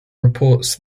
reports